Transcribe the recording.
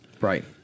Right